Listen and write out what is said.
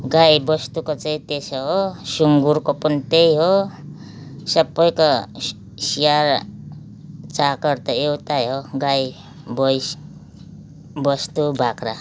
गाई बस्तुको चाहिँ त्यसो हो सुँगुरको पनि त्यही हो सबैको स्याहार चाकर त एउटै हो गाई भैँसी बस्तु बाख्रा